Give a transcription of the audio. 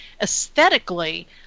aesthetically